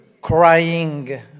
crying